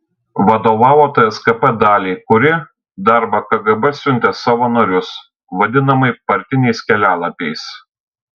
vadovavo tskp daliai kuri darbą kgb siuntė savo narius vadinamai partiniais kelialapiais